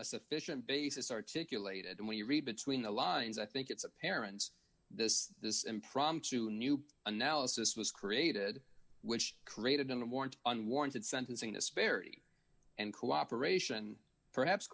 a sufficient basis articulated and when you read between the lines i think it's a parent's this this impromptu new analysis was created which created a more and unwarranted sentencing disparity and cooperation perhaps